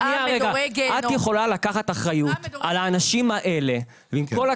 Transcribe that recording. את יכולה לקחת אחריות על האנשים האלה ועם כל הכבוד,